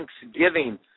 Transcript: Thanksgiving